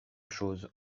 chose